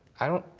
i don't,